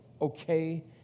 okay